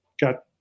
got